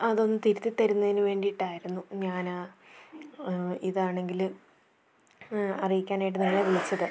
അതൊന്ന് തിരുത്തി തരുന്നതിന് വേണ്ടിയിട്ടായിരുന്നു ഞാൻ ഇതാണെങ്കിൽ അറിയിക്കാനായിട്ട് നിങ്ങളെ വിളിച്ചത്